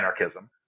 anarchism